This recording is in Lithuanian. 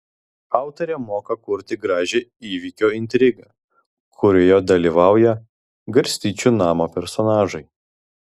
autorė moka kurti gražią įvykio intrigą kurioje dalyvauja garstyčių namo personažai